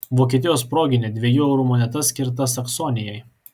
vokietijos proginė dviejų eurų moneta skirta saksonijai